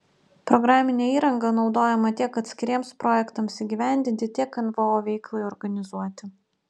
programinė įranga naudojama tiek atskiriems projektams įgyvendinti tiek nvo veiklai organizuoti